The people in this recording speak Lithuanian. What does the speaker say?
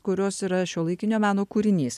kurios yra šiuolaikinio meno kūrinys